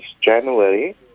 January